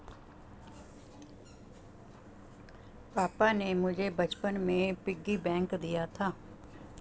पापा ने मुझे बचपन में पिग्गी बैंक दिया था